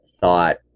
thought